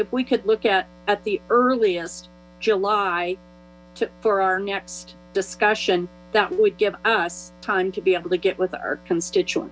if we could look at at the earliest july for our next discussion that would give us time to be able to get with our constituent